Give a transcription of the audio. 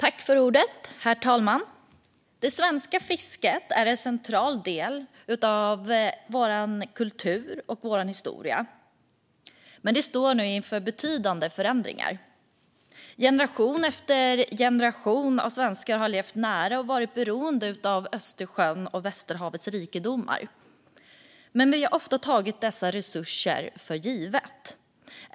Herr talman! Det svenska fisket är en central del av vår kultur och vår historia, men det står nu inför betydande förändringar. Generation efter generation av svenskar har levt nära och varit beroende av Östersjöns och Västerhavets rikedomar, men vi har ofta tagit dessa resurser för givna.